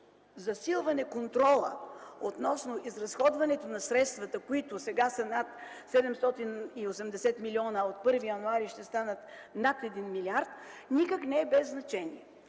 засилването на контрола относно изразходването на средствата, които сега са над 780 милиона, а от 1 януари ще станат над 1 милиард, никак не е без значение.